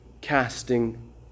casting